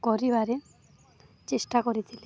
ପରିବାରେ ଚେଷ୍ଟା କରିଥିଲେ